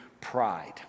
pride